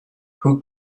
who